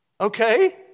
Okay